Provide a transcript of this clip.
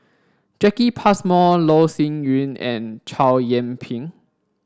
Jacki Passmore Loh Sin Yun and Chow Yian Ping